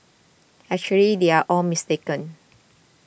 actually they are all mistaken